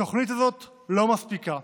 התוכנית הזאת לא מספיקה.